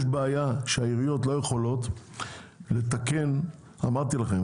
יש בעיה כי העיריות לא יכולות לתקן אמרתי לכם,